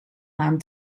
hand